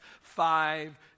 five